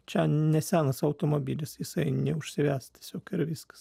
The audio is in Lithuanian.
čia ne senas automobilis jisai neužsives tiesiog ir viskas